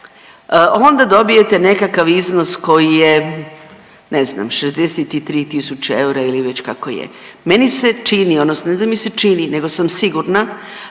onda dobijete nekakav iznos koji je ne znam 63000 eura ili već kako je. Meni se čini, odnosno ne da mi se čini nego sam sigurna